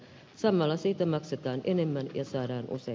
samalla siitä maksetaan enemmän ja saadaanko se